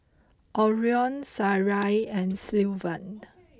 Orion Sarai and Sylvan